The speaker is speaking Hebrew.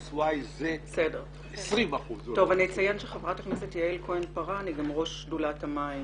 אני אציין שחברת הכנסת יעל כהן-פארן היא ראש שדולת המים